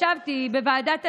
ישבתי בוועדת השרים,